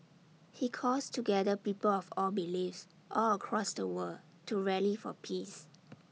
he calls together people of all beliefs all across the world to rally for peace